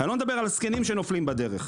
אני לא מדבר על הזקנים שנופלים בדרך,